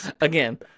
again